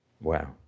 Wow